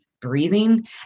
breathing